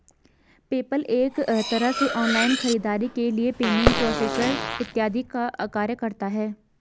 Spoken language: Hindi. पेपल एक तरह से ऑनलाइन खरीदारी के लिए पेमेंट प्रोसेसर इत्यादि का कार्य करता है